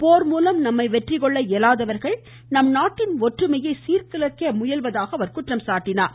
போர் மூலம் நம்மை வெற்றி கொள்ள இயலாதவர்கள் நம்நாட்டின் ஒற்றுமையை சீர்குலைக்க முயல்வதாக அவர் குற்றம் சாட்டினார்